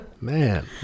man